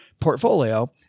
portfolio